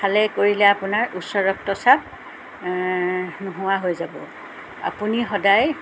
খালে কৰিলে আপোনাৰ উচ্চ ৰক্তচাপ নোহোৱা হৈ যাব আপুনি সদায়